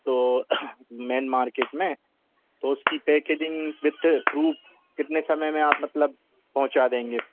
तो main market में तो उसकी पैकेजिन्ग विद रूम कितने समय में आप मतलब पहुँचा देंगे